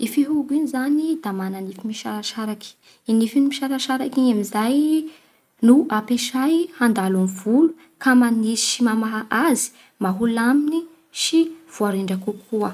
I fihogo io zany da mana nify misarasaraky. I nify misarasaraky igny amin'izay no ampiasay handalo amin'ny volo ka manisy sy mamaha azy mba holamigny sy voarindra kokoa.